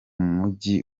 mujyi